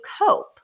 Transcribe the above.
cope